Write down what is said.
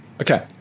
Okay